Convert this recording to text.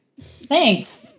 Thanks